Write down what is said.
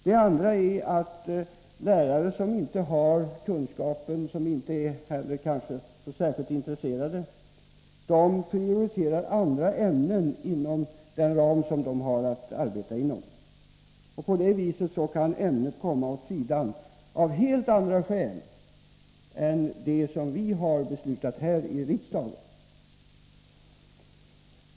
Det andra är när lärare som inte har kunskaper, och som kanske inte heller är så särskilt intresserade, prioriterar andra ämnen inom den ram som de har att arbeta inom. På det viset kan ämnet komma åt sidan av helt andra skäl än besluten här i riksdagen.